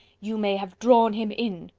you may have drawn him in.